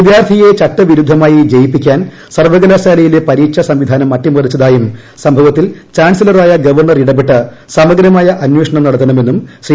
വിദ്യാർത്ഥിയെ ചട്ട വിരുദ്ധമായി ജയിപ്പിക്കാൻ സർവ്വകലാശാലയിലെ പരീക്ഷാ സംവിധാനം അട്ടിമറിച്ചതായും സംഭവത്തിൽ ചാൻസലറായ ഗവർണ്ണർ ഇടപെട്ട് സമഗ്രമായ അന്വേഷണം നടത്തണമെന്നും ്ട് ശ്രീ